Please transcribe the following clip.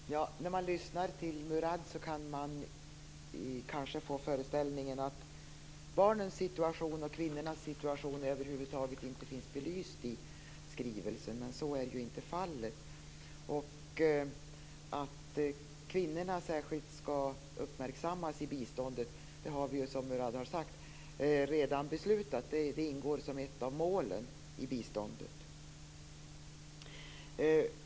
Fru talman! När man lyssnar till Murad kan man kanske få föreställningen att barnens och kvinnornas situation över huvud taget inte är belyst i skrivelsen, men så är ju inte fallet. Att kvinnorna särskilt skall uppmärksammas i biståndet har vi ju, som Murad har sagt, redan beslutat. Det ingår som ett av målen i biståndet.